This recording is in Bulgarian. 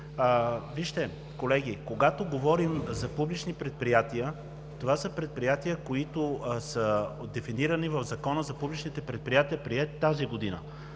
Вижте, колеги, когато говорим за публични предприятия, това са предприятия, които са дефинирани в Закона за публичните предприятия, приет тази година.